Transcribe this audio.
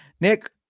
Nick